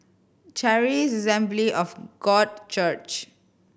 Charis Assembly of God Church